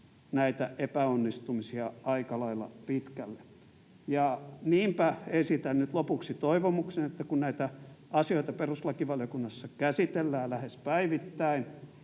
näitä epäonnistumisia aika lailla pitkälle. Ja niinpä esitän nyt lopuksi toivomuksen, että kun näitä asioita perustuslakivaliokunnassa käsitellään lähes päivittäin,